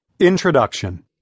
Introduction